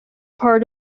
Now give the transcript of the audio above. part